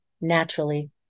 naturally